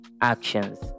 actions